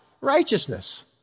righteousness